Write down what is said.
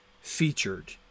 featured